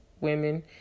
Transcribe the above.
women